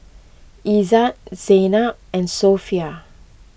Izzat Zaynab and Sofea